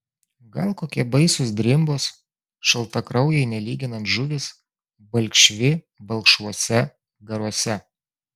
gal kokie baisūs drimbos šaltakraujai nelyginant žuvys balkšvi balkšvuose garuose